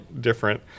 different